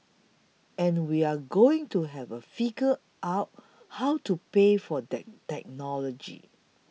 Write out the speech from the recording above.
and we're going to have to figure out how to pay for that technology